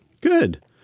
Good